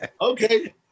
Okay